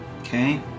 Okay